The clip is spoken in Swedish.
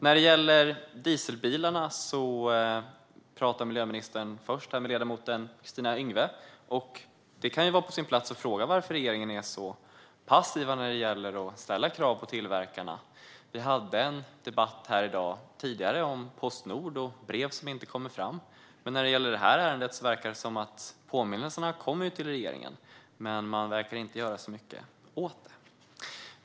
När det gäller dieselbilarna talade miljöministern först med ledamoten Kristina Yngwe. Det kan vara på sin plats att fråga varför regeringen är så passiv när det gäller att ställa krav på tillverkarna. Vi hade här i dag tidigare en debatt om Postnord och brev som inte kommer fram. När det gäller det här ärendet verkar det som att påminnelserna kommer till regeringen, men den verkar inte göra så mycket åt det.